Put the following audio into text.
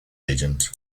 agent